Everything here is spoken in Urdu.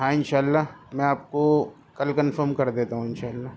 ہاں انشاء اللّہ میں آپ کو کل کنفرم کر دیتا ہوں ان شاء اللہ